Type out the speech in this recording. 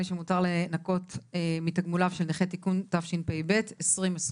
שמותר לנכות מתגמוליו של נכה) (תיקון) התשפ"ב -2022.